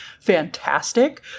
fantastic